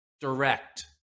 direct